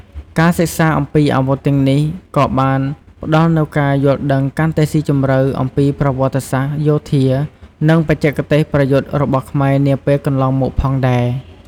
ការសិក្សាអំពីអាវុធទាំងនេះក៏បានផ្តល់នូវការយល់ដឹងកាន់តែស៊ីជម្រៅអំពីប្រវត្តិសាស្ត្រយោធា និងបច្ចេកទេសប្រយុទ្ធរបស់ខ្មែរនាពេលកន្លងមកផងដែរ។